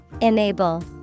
Enable